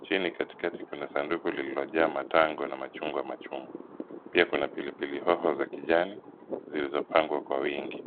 Chini katikati kuna sanduku iliyojaa matango na machungwa machungu. Pia kuna pilipili hoho za kijani zilizopangwa kwa wingi.